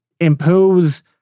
impose